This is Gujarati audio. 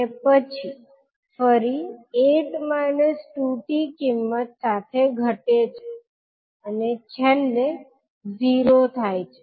અને પછી ફરી 8−2𝑡 કિંમત સાથે ઘટે છે અને છેલ્લે 0 થાય છે